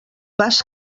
pas